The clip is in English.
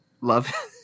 love